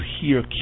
hear